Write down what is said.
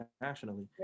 internationally